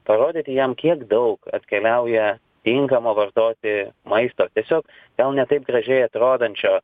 parodyti jam kiek daug atkeliauja tinkamo vartoti maisto tiesiog gal ne taip gražiai atrodančio